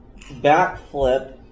Backflip